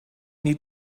need